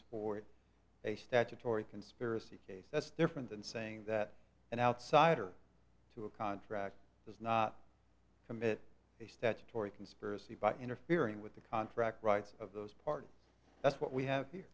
a statutory conspiracy case that's different than saying that an outsider to a contract does not commit a statutory conspiracy by interfering with the contract rights of those parties that's what we have